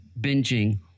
binging